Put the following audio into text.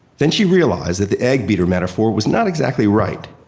then she realized that the egg beater metaphor was not exactly right,